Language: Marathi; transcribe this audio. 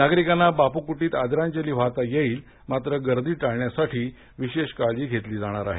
नागरिकांना बापू कुटीत आदरांजली वाहता येईल मात्र गर्दी टाळण्यासाठी विशेष काळजी घेतली जाणार आहे